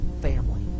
family